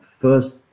first